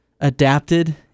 adapted